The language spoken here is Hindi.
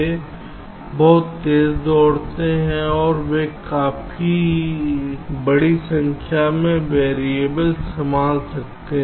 वे बहुत तेज दौड़ते हैं और वे काफी बड़ी संख्या में वेरिएबल संभाल सकते हैं